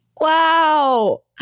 Wow